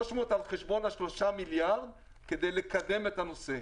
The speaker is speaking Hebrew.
300 מיליון על חשבון ה-3 מיליארד כדי לקדם את הנושא.